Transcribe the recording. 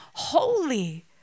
holy